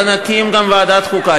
נקים גם ועדת חוקה,